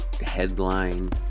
headline